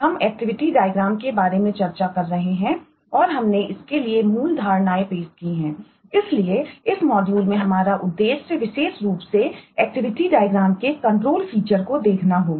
हम एक्टिविटी डायग्रामको देखना होगा